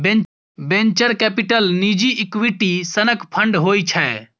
venture capital निजी equity सनक fund होइ छै